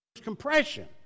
compression